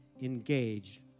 engaged